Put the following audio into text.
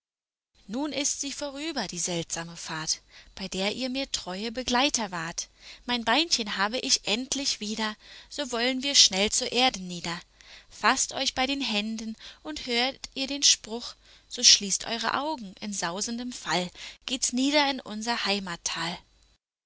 nun ist sie vorüber die seltsame fahrt bei der ihr mir treue begleiter wart mein beinchen habe ich endlich wieder so wollen wir schnell zur erde nieder faßt euch bei den händen und hört ihr den spruch so schließt eure augen in sausendem fall geht's nieder in unser